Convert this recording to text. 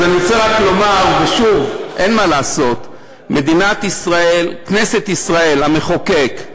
שוב, אין מה לעשות, כנסת ישראל, המחוקק,